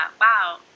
wow